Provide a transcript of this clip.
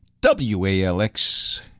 WALX